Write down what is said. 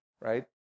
right